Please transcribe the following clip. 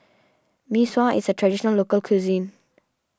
Mee Sua is a Traditional Local Cuisine